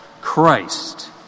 Christ